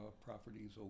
properties